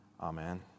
amen